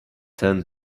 ten